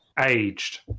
aged